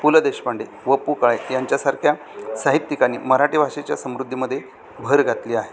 पु ल देशपांडे व पु काळे यांच्यासारख्या साहित्यिकानी मराठी भाषेच्या समृद्धीमध्ये भर घातली आहे